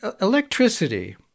electricity